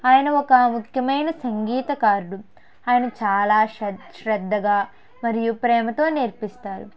ఆయన ఒక ముఖ్యమైన సంగీతకారుడు ఆయన చాలా శ్ శ్రద్ధగా మరియు ప్రేమతో నేర్పిస్తారు